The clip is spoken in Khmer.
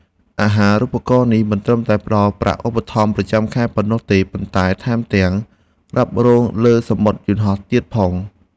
អាហារូបករណ៍នេះមិនត្រឹមតែផ្តល់ប្រាក់ឧបត្ថម្ភប្រចាំខែប៉ុណ្ណោះទេ ប៉ុន្តែថែមទាំងរ៉ាប់រងលើសំបុត្រយន្តហោះទៀតផង។